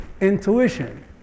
intuition